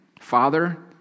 Father